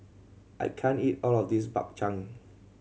I can't eat all of this Bak Chang